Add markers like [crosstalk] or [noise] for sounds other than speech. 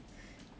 [breath]